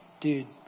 dude